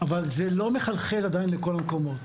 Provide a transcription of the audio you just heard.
אבל זה לא מחלחל עדיין לכל המקומות.